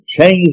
change